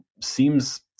seems